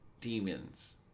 demons